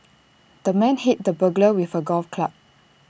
the man hit the burglar with A golf club